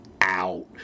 out